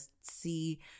see